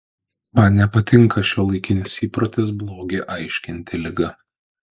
man nepatinka šiuolaikinis įprotis blogį aiškinti liga